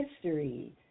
history